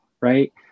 right